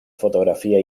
fotografía